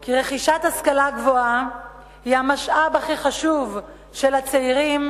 כי השכלה גבוהה היא המשאב הכי חשוב של הצעירים